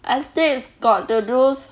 ethics got the those